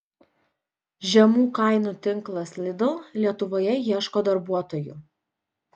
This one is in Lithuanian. žemų kainų tinklas lidl lietuvoje ieško darbuotojų